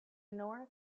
north